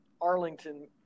Arlington